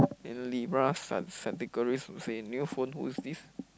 then Libra Sa~ Sagittarius will say new phone who is this